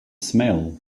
smell